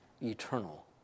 Eternal